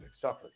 suffered